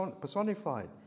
personified